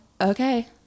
okay